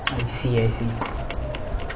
I see I see